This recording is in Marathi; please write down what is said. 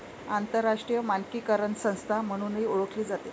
आंतरराष्ट्रीय मानकीकरण संस्था म्हणूनही ओळखली जाते